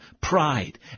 pride